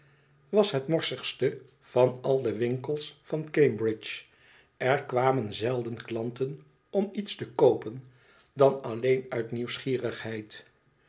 was het morsigste van al de winkels van cambridge er kwamen zelden klanten om iets te koopen dan alleen uit nieuwsgierigheid